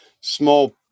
small